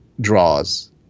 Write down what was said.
draws